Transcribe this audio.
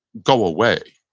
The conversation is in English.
go away.